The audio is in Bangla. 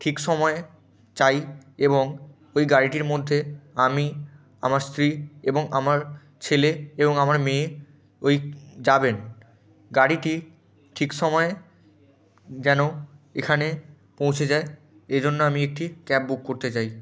ঠিক সময় চাই এবং ওই গাড়িটির মধ্যে আমি আমার স্ত্রী এবং আমার ছেলে এবং আমার মেয়ে ওই যাবেন গাড়িটি ঠিক সময় যেন এখানে পৌঁছে যায় এই জন্য আমি একটি ক্যাব বুক করতে চাই